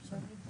מה הפעילות